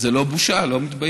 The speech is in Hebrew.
זאת לא בושה, אני לא מתבייש.